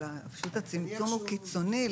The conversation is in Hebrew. הצמצום הוא קיצוני.